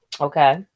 okay